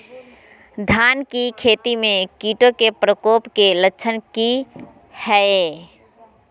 धान की खेती में कीटों के प्रकोप के लक्षण कि हैय?